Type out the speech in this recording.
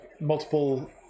multiple